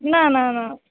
न न न